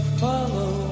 follow